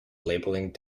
labeling